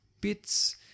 bits